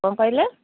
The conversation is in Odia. କ'ଣ କହିଲେ